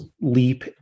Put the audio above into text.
leap